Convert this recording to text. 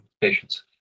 Patience